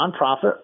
nonprofit